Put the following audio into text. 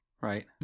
right